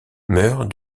meurt